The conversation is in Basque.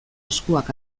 eskuak